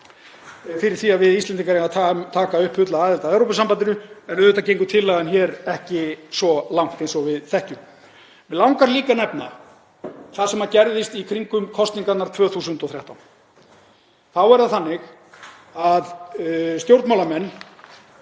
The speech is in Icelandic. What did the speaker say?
fyrir því að við Íslendingar eigum að taka upp fulla aðild að Evrópusambandinu. En auðvitað gengur tillagan hér ekki svo langt, eins og við þekkjum. Mig langar líka að nefna það sem gerðist í kringum kosningarnar 2013. Þá var það þannig að stjórnmálamenn,